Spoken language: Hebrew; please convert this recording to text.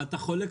מה קורה?